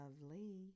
lovely